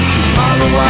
Tomorrow